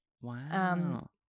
Wow